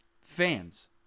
fans